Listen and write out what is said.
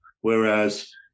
Whereas